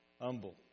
humble